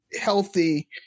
healthy